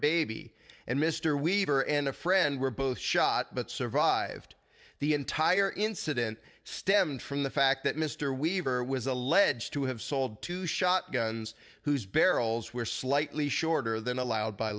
baby and mr weaver and a friend were both shot but survived the entire incident stemmed from the fact that mr weaver was alleged to have sold two shotguns whose barrels were slightly shorter than allowed by